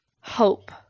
hope